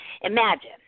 Imagine